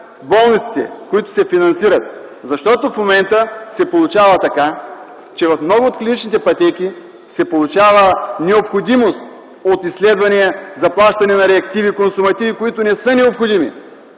болниците, които се финансират. Защото в момента се получава така, че в много от клиничните пътеки се получава необходимост от изследвания за плащане на реактиви, консумативи, които не са необходими.